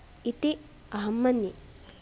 इति अहं मन्ये